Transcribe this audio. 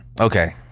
okay